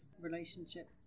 relationship